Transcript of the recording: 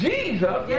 Jesus